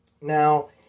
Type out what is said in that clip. Now